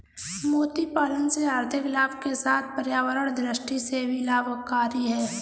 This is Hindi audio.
मोती पालन से आर्थिक लाभ के साथ पर्यावरण दृष्टि से भी लाभकरी है